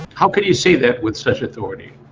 how could you say that with such authority?